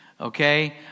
okay